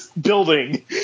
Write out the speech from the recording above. building